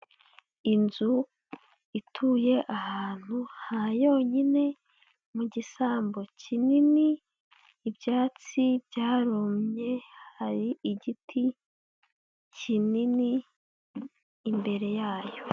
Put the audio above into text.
Inzu ituye ahantu ha yonyine mu gisambu kinini, ibyatsi byarumye, hari igiti kinini imbere yayo.